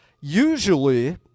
usually